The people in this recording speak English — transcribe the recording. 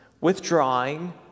withdrawing